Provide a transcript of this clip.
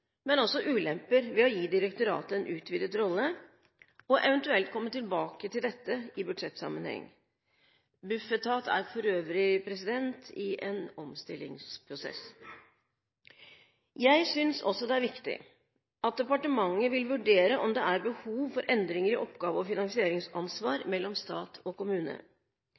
men også ulemper ved å gi direktoratet en utvidet rolle, og at hun eventuelt vil komme tilbake til dette i budsjettsammenheng. Bufetat er for øvrig i en omstillingsprosess. Jeg synes også det viktig at departementet vil vurdere om det er behov for endringer i oppgave- og finansieringsansvar mellom stat og kommune.